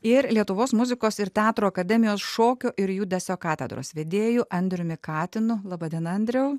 ir lietuvos muzikos ir teatro akademijos šokio ir judesio katedros vedėju andriumi katinu laba diena andriau